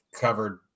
covered